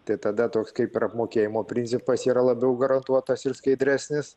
tai tada toks kaip ir apmokėjimo principas yra labiau garantuotas ir skaidresnis